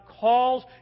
calls